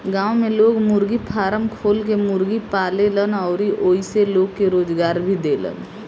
गांव में लोग मुर्गी फारम खोल के मुर्गी पालेलन अउरी ओइसे लोग के रोजगार भी देलन